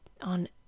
on